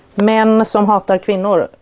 man som hatar kvinnor.